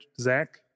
Zach